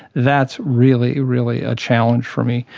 that's really, really a challenge for me.